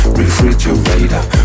refrigerator